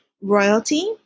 royalty